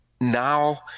now